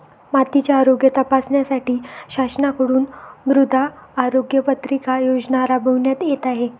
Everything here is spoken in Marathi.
मातीचे आरोग्य तपासण्यासाठी शासनाकडून मृदा आरोग्य पत्रिका योजना राबविण्यात येत आहे